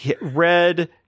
red